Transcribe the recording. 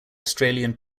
australian